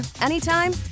anytime